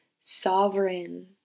sovereign